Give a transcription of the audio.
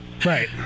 Right